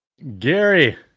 Gary